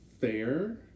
fair